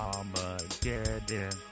Armageddon